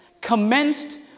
commenced